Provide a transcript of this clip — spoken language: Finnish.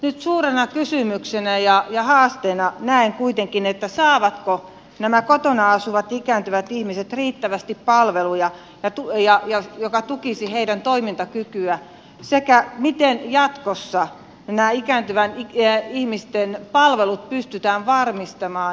nyt suurena kysymyksenä ja haasteena näen kuitenkin sen saavatko nämä kotona asuvat ikääntyvät ihmiset riittävästi palveluja mikä tukisi heidän toimintakykyään sekä sen miten jatkossa näiden ikääntyvien ihmisten palvelut pystytään varmistamaan